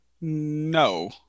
No